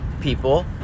people